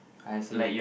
I see